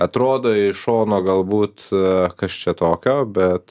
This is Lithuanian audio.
atrodo iš šono galbūt ee kas čia tokio bet